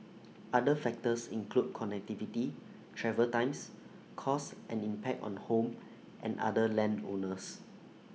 other factors include connectivity travel times costs and impact on home and other land owners